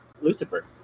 Lucifer